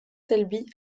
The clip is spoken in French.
selby